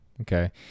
okay